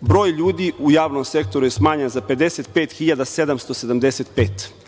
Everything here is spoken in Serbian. broj ljudi u javnom sektoru je smanjen za 55.775,